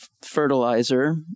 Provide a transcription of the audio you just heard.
fertilizer